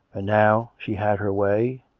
and now she had her way,